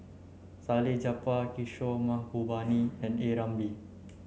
Salleh Japar Kishore Mahbubani and A Ramli